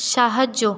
সাহায্য